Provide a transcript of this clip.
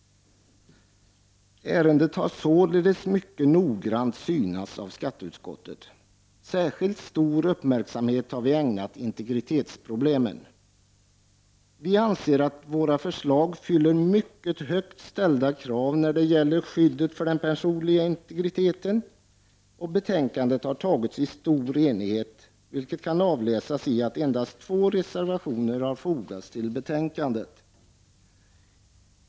Ärendet har således mycket noggrant synats av skatteutskottet. Särskilt stor uppmärksamhet har vi ägnat integritetsproblemen. Vi anser att våra förslag uppfyller mycket högt ställda krav när det gäller skyddet för den personliga integriteten. Betänkandet har utformats i stor enighet, vilket kan avläsas i att endast två reservationer fogats till betänkandet.